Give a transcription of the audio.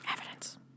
Evidence